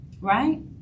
right